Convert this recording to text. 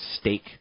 stake